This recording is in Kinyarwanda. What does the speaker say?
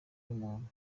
w’umuntu